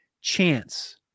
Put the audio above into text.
chance